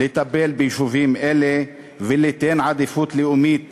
לטפל ביישובים אלה וליתן עדיפות לאומית